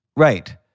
Right